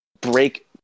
break